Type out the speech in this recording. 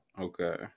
okay